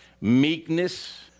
meekness